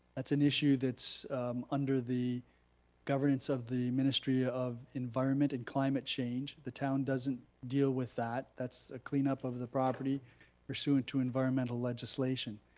that's an issue that's under the governance of the ministry of environment and climate change. the town doesn't deal with that. that's a clean up of the property pursuant to environmental legislation.